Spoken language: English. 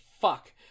Fuck